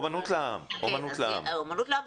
אומנות לעם, אז אומנות לעם.